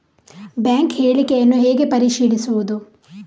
Bank ಹೇಳಿಕೆಯನ್ನು ಹೇಗೆ ಪರಿಶೀಲಿಸುವುದು?